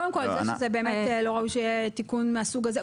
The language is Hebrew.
קודם כל, זה באמת לא ראוי שיהיה תיקון מהסוג הזה.